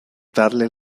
darle